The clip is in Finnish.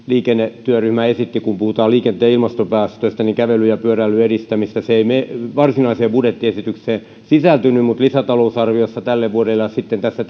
liikennetyöryhmä esitti kun puhutaan liikenteen ilmastopäästöistä kävelyn ja pyöräilyn edistämistä se ei varsinaiseen budjettiesitykseen sisältynyt mutta lisätalousarviossa tälle vuodelle ja sitten tässä